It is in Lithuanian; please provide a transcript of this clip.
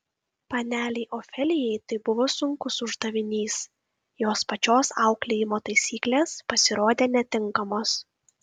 panelei ofelijai tai buvo sunkus uždavinys jos pačios auklėjimo taisyklės pasirodė netinkamos